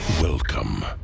Welcome